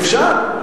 אפשר.